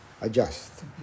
Adjust